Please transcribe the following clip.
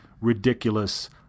ridiculous